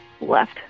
left